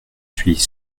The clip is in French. suis